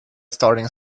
starting